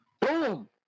Boom